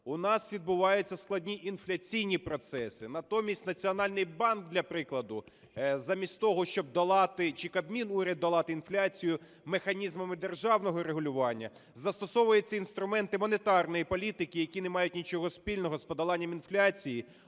У нас відбуваються складні інфляційні процеси. Натомість Національний банк, для прикладу, замість того, чи Кабмін (уряд), долати інфляцію механізмами державного регулювання, застосовує ці інструменти монетарної політики, які не мають нічого спільного з подоланням інфляції,